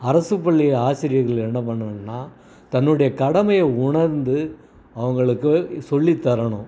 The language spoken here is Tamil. அரசு பள்ளி ஆசிரியர்கள் என்ன பண்ணணுன்னால் தன்னுடைய கடமையை உணர்ந்து அவங்களுக்கு சொல்லித் தரணும்